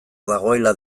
dagoela